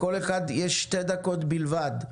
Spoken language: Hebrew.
לכל אחד יש שתי דקות בלבד.